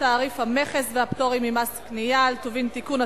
תעריף המכס והפטורים ומס קנייה על טובין (תיקון),